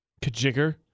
Kajigger